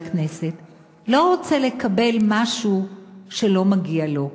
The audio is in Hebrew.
הכנסת לא רוצה לקבל משהו שלא מגיע לו.